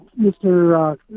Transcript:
Mr